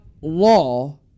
law